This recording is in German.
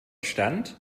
stand